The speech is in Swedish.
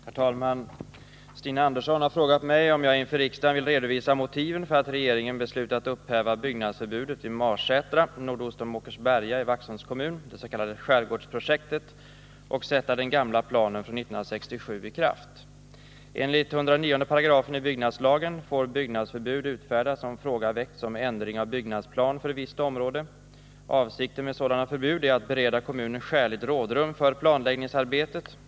Herr talman! Stina Andersson har frågat mig om jag inför riksdagen vill redovisa motiven för att regeringen beslutat upphäva byggnadsförbudet vid Marsätra nordost om Åkersberga i Vaxholms kommun, avseende det s.k. skärgårdsstadsprojektet, och sätta den gamla planen från 1967 i kraft. Enligt 109 § byggnadslagen får byggnadsförbud utfärdas om fråga väckts om ändring av byggnadsplan för visst område. Avsikten med sådana förbud är att bereda kommunen skäligt rådrum för planläggningsarbetet.